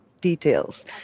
details